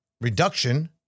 reduction